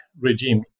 regime